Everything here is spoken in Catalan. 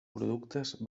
productes